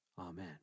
Amen